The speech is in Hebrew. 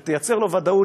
שתייצר לו ודאות,